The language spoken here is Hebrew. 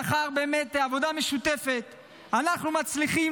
באמת לאחר עבודה משותפת אנחנו מצליחים